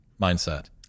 mindset